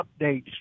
updates